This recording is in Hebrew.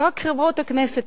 רק חברות הכנסת.